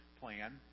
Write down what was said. plan